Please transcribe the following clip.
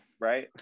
Right